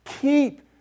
Keep